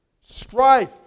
Strife